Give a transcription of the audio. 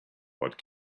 what